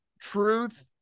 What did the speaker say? truth